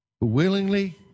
willingly